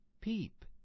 Peep